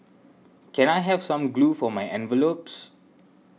can I have some glue for my envelopes